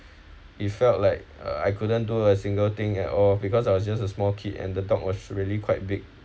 it felt like uh I couldn't do a single thing at all because I was just a small kid and the dog was really quite big